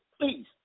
Please